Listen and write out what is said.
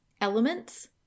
elements